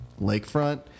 lakefront